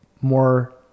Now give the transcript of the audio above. more